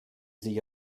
sich